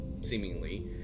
seemingly